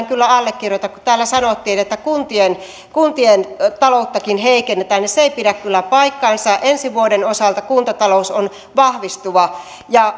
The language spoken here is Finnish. kyllä allekirjoita täällä sanottiin että kuntien kuntien talouttakin heikennetään ja se ei pidä kyllä paikkaansa ensi vuoden osalta kuntatalous on vahvistuva